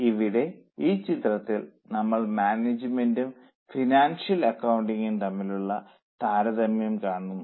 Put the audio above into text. അതിനാൽ ഇവിടെ ഈ ചിത്രത്തിൽ നമ്മൾ മാനേജ്മെന്റും ഫിനാൻഷ്യൽ അക്കൌണ്ടിംഗും തമ്മിലുള്ള താരതമ്യം കാണുന്നു